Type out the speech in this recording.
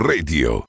Radio